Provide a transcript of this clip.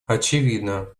очевидно